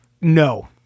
No